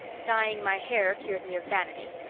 dyeing my hair cured me of vanity.